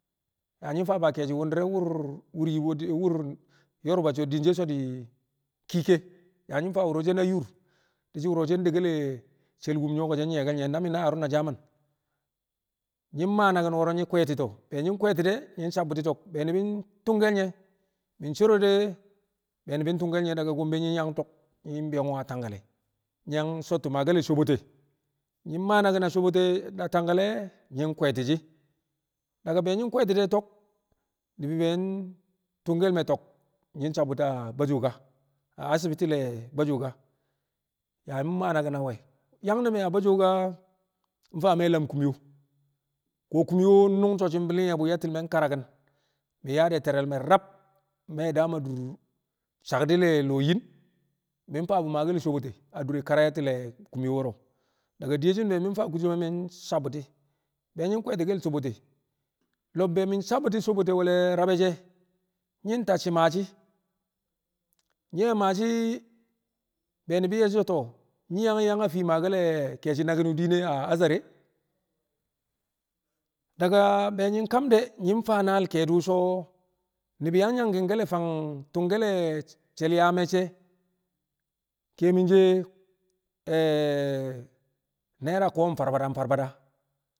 Yaa nyi̱ fa fa ke̱e̱shi̱ wu̱ndi̱re̱ nwu̱r wu̱r Yibo wu̱r Yoruba so̱ din she̱ so̱ di̱ Kike ya nyi̱ faa wu̱ro̱ she̱ na yur di̱ shi̱ wu̱ro̱ ndekkel she̱l wu̱m nyo̱ko̱ she̱ nyi̱ye̱ke̱l nye̱ na mi̱ na Haruna Jaman nyi̱ maa naki̱n wo̱ro̱ nyi̱ kwẹe̱ti̱to̱ be nyi̱ kwe̱e̱ti̱ de̱ nyi̱ sabu̱ti̱ to̱k be ni̱bi̱ tu̱mke̱l nye̱ mi̱ cero de̱ be ni̱bi̱ tu̱mke̱l nye̱ daga Gombe nyi̱ yang to̱k nyi̱ bi̱yo̱ko̱ Tangale nyi̱ yang sottu maake̱l sobote nyi̱ maa naki̱n ne̱ sobote Tangkale̱ nyi̱ kwe̱e̱ti̱ shi̱ daga be nyi̱ kwe̱e̱ti̱ de̱ to̱k ni̱bi̱ be tu̱mke̱l me̱ to̱k nyi̱ sabu̱ti̱ a Bajoga asibiti le̱ Bajoga yaa mi̱ maa naki̱n a Bajoga yang na me a Bajoga mfaa me lam kumyo ko̱ kumyo wu̱ nnung so̱ shi̱ bi̱li̱ng ye̱ bu̱ yatti̱l me̱ nkaraki̱n mi̱ yaa di̱ te̱re̱l me̱ rab me̱ daam a dur sakdi̱ le lo̱o̱ yin mi̱ faa bu̱ maake̱l sobote a dure karayatti̱ le kumyo wo̱ro̱ daga diyeshin be mi̱ faa kusam e̱ mi̱ sabu̱ti̱ be nyi̱ kwe̱e̱ti̱ke̱l sobote lo̱b be mi̱ sabu̱ti̱ sobote we̱l rab e̱ she̱ nyi̱ tacci̱ maashi̱ nye̱ maashi̱ be ni̱bi̱ ye̱shi̱ so̱ to̱o̱ nyi̱ yaa yang fii maake̱l ke̱e̱shi̱ naki̱n wu̱ diin e a Azare daga be nyi̱ kam de̱ nyi̱ faa naal ke̱e̱di̱ so̱ ni̱bi̱ yang nyangkike̱l fang tu̱mke̱l shẹl yaa me̱cce̱ kẹe̱mi̱n she̱ naira kom farfada kom farfada.